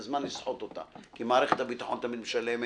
זה זמן לסחוט אותה, כי מערכת הביטחון תמיד משלמת,